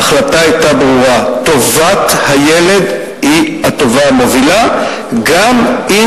ההחלטה היתה ברורה: טובת הילד היא הטובה המובילה גם אם